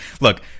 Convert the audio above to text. Look